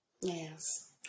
Yes